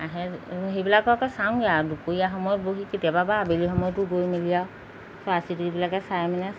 আহে সেইবিলাককে চাওঁগৈ আৰু দুপৰীয়া সময়ত বহি কেতিয়াবা বা আবেলিৰ সময়তো গৈ মেলি আৰু চৰাই চিৰিকটিবিলাকে চাই মানে